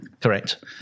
Correct